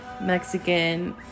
Mexican